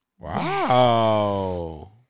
Wow